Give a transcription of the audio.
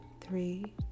three